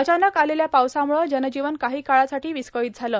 अचानक आलेल्या पावसामुळं जनजीवन काही काळासाठी विस्कळीत झालं